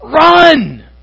run